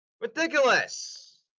Ridiculous